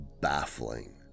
baffling